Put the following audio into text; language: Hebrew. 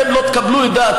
אתם לא תקבלו את דעתי,